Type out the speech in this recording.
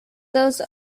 those